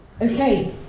Okay